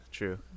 True